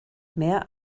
mehr